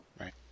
Right